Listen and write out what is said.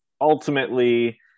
ultimately